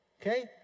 okay